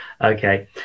okay